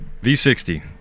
V60